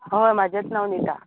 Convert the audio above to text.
हय म्हजेंच नांव निता